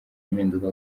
impinduka